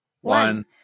One